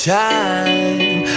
time